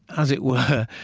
as it were,